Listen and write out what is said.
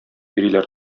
йөриләр